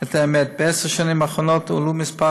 את האמת: בעשר שנים האחרונות עלה מספר